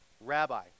Rabbi